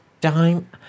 dime